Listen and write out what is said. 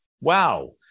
Wow